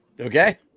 Okay